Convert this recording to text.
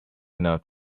not